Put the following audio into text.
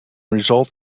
result